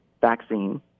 vaccine